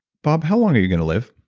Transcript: bob, how long are you going to live?